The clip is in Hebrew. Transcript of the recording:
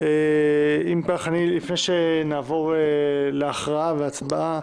אם כך, לפני שנעבור להכרעה ולהצבעה,